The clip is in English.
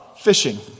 fishing